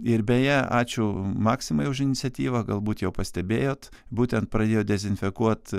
ir beje ačiū maksimai už iniciatyvą galbūt jau pastebėjot būtent pradėjo dezinfekuot